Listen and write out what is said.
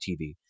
TV